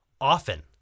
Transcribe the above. Often